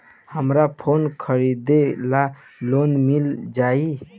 हमरा फोन खरीदे ला लोन मिल जायी?